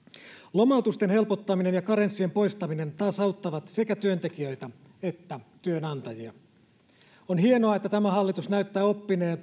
lomautusten helpottaminen ja karenssien poistaminen taas auttavat sekä työntekijöitä että työnantajia on hienoa että tämä hallitus näyttää oppineen